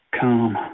Come